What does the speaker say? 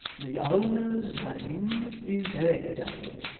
the owner's name is haredale,